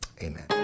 amen